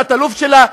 התת-אלוף שלה,